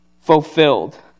fulfilled